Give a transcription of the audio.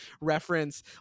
reference